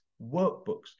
workbooks